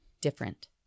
different